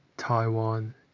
Taiwan